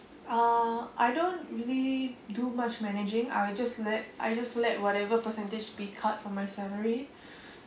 uh I don't really do much managing I'll just let I'll just let whatever percentage be cut from my salary